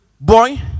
boy